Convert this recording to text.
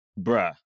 Bruh